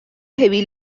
heavy